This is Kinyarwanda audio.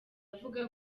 avuga